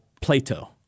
Plato